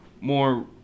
more